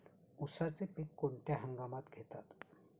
उसाचे पीक कोणत्या हंगामात घेतात?